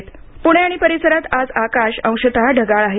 हवामान पुणे आणि परिसरात आज आकाश अंशत ढगाळ आहे